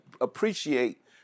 appreciate